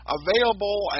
available